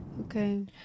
Okay